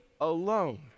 alone